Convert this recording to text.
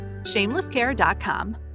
ShamelessCare.com